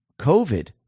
COVID